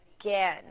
again